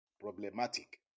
problematic